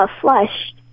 flushed